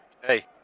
Hey